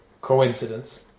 coincidence